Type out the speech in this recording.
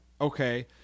Okay